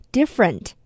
different